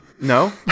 No